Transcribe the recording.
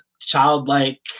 childlike